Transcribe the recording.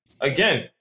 again